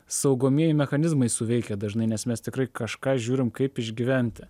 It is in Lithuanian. saugomieji mechanizmai suveikia dažnai nes mes tikrai kažką žiūrim kaip išgyventi